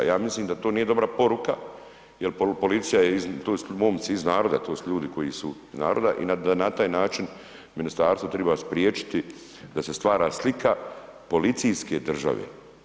Ja mislim da to nije dobra poruka jer policija je, to su momci iz naroda, to su ljudi koji su iz naroda i da na taj način ministarstvo triba spriječiti da se stvara slika policijske države.